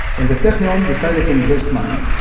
and the technion decided to invest money.